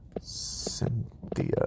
Cynthia